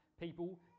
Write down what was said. people